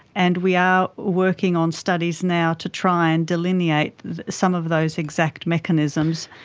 and we are working on studies now to try and delineate some of those exact mechanisms,